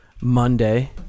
Monday